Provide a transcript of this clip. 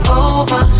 over